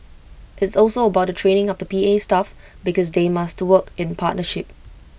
it's also about the training of the P A staff because they must work in partnership